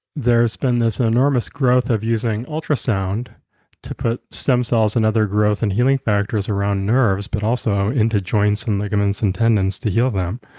there's been this enormous growth of using ultrasound to put stem cells and other growth and healing factors around nerves but also in the joints and ligaments and tendons to heal them.